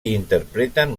interpreten